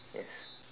yes